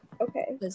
Okay